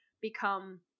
become